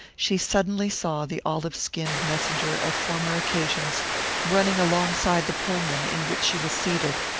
she suddenly saw the olive-skinned messenger of former occasions running alongside the pullman in which she was seated.